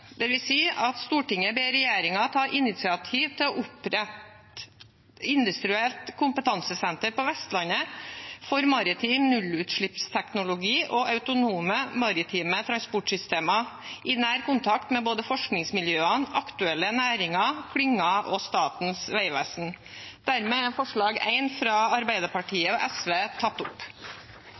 at: «Stortinget ber regjeringen ta initiativet til å opprette et industrielt kompetansesenter på Vestlandet for maritim nullutslippsteknologi og autonome maritime transportsystemer, i nær kontakt med både forskningsmiljøene, aktuelle næringer og klynger og Statens vegvesen.» Dermed er forslag nr. 1, fra Arbeiderpartiet og SV, tatt opp.